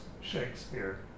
Shakespeare